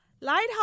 Lighthouse